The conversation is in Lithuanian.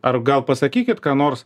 ar gal pasakykit ką nors